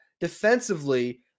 defensively